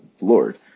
Lord